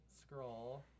scroll